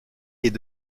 est